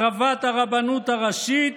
החרבת הרבנות הראשית,